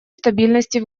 стабильности